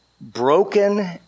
broken